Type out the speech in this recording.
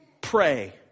pray